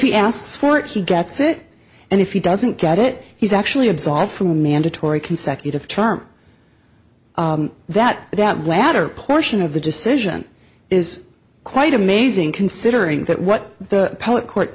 he asks for it he gets it and if he doesn't get it he's actually absolved from a mandatory consecutive term that that latter portion of the decision is quite amazing considering that what the poet court